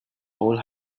old